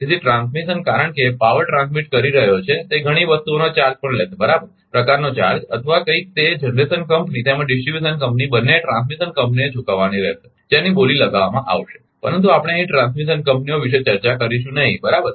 તેથી ટ્રાન્સમિશન કારણ કે તે પાવર ટ્રાન્સમિટ કરી રહ્યો છે તે ઘણી વસ્તુઓનો ચાર્જ પણ લેશે બરાબર પ્રકારનો ચાર્જ અથવા કંઇક તે જનરેશન કંપની તેમજ ડિસ્ટ્રિબ્યુશન કંપની બંનેએ ટ્રાન્સમિશન કંપનીને ચુકવવાની રહેશે જેની બોલી લગાવવામાં આવશે પરંતુ આપણે અહીં ટ્રાન્સમિશન કંપનીઓ વિશે ચર્ચા કરીશું નહીં બરાબર